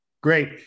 Great